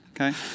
okay